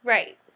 Right